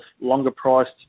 longer-priced